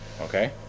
Okay